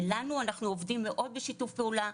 לנו - אנחנו עובדים מאוד בשיתוף פעולה.